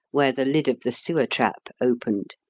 where the lid of the sewer-trap opened.